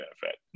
benefit